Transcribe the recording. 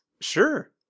sure